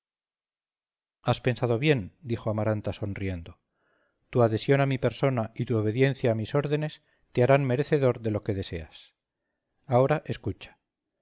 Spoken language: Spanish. has pensado bien dijo amaranta sonriendo tu adhesión a mi persona y tu obediencia a mis órdenes te harán merecedor de lo que deseas ahora escucha